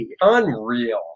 Unreal